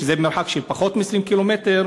מרחק של פחות מ-20 קילומטר,